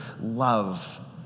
love